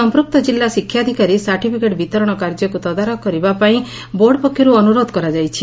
ସମ୍ମୁକ୍ତ ଜିଲ୍ଲା ଶିକ୍ଷାଧିକାରୀ ସାର୍ଟିଫିକେଟ୍ ବିତରଣ କାର୍ଯ୍ୟକୁ ତଦାରଖ କରିବା ପାଇଁ ବୋର୍ଡ ପକ୍ଷରୁ ଅନୁରୋଧ କରାଯାଇଛି